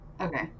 Okay